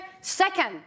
Second